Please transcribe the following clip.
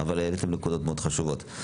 אבל העליתם נקודות מאוד חשובות.